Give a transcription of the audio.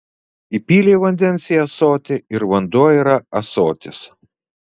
įpylei vandens į ąsotį ir vanduo yra ąsotis